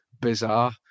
bizarre